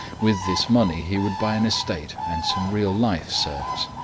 with this money he would buy an estate and some real life serfs,